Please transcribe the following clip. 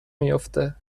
میافته